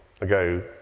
ago